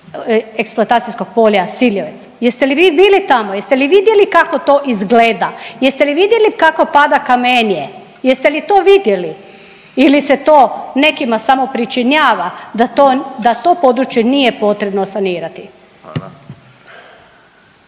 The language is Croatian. eksploatacijskog polja Siljevec? Jeste li vi bili tamo? Jeste li vidjeli kako to izgleda? Jeste li vidjeli kako pada kamenje? Jeste li to vidjeli? Ili se to nekima samo pričinjava da to područje nije potrebno sanirati.